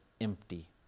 empty